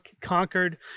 conquered